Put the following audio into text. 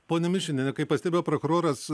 ponia mišiniene kaip pastebi prokuroras